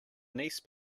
niece